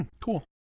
cool